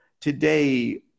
Today